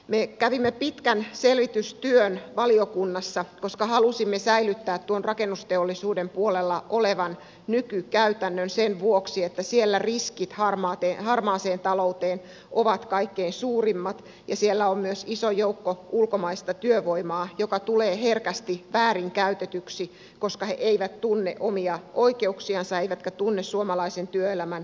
me kävimme pitkän selvitystyön valiokunnassa koska halusimme säilyttää tuon rakennusteollisuuden puolella olevan nykykäytännön sen vuoksi että siellä riskit harmaaseen talouteen ovat kaikkein suurimmat ja siellä on myös iso joukko ulkomaista työvoimaa joka tulee herkästi väärinkäytetyksi koska he eivät tunne omia oikeuksiansa eivätkä tunne suomalaisen työelämän pelisääntöjä